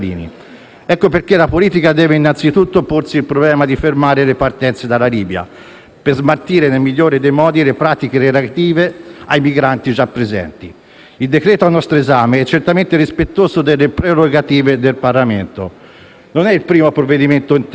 Ecco perché la politica deve innanzi tutto porsi il problema di fermare le partenze dalla Libia, per smaltire nel migliore dei modi le pratiche relative ai migranti già presenti. Il decreto-legge al nostro esame è certamente rispettoso delle prerogative del Parlamento. Non è il primo provvedimento in tema,